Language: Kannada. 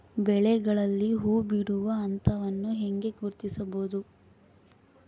ಬೆಳೆಗಳಲ್ಲಿ ಹೂಬಿಡುವ ಹಂತವನ್ನು ಹೆಂಗ ಗುರ್ತಿಸಬೊದು?